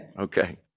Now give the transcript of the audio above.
Okay